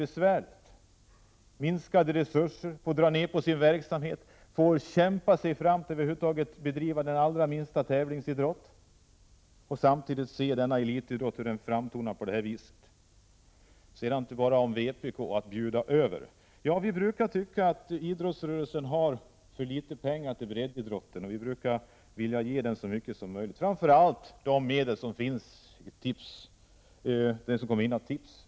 De får minskade resurser, de får dra ner på sin verksamhet, de får kämpa för att över huvud taget bedriva den minsta lilla tävlingsidrott. Samtidigt får de se hur elitidrotten framtonar på det sätt den gör. Sedan vill jag när det gäller detta att vpk bjuder över säga att vi brukar tycka att idrottsrörelsen har för litet pengar till breddidrotten. Vi vill ge den så mycket som möjligt. Framför allt vill vi att medel från tipsverksamheten skall gå till breddidrotten.